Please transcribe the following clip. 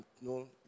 no